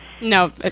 No